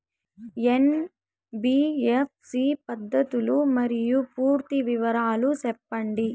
NBFC పద్ధతులు మరియు పూర్తి వివరాలు సెప్పండి?